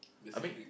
I mean